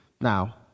now